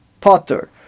potter